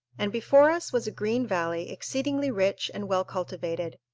and before us was a green valley exceedingly rich and well cultivated,